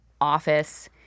office